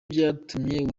vyatumye